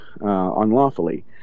unlawfully